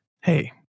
Hey